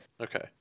Okay